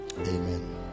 Amen